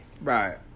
Right